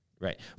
right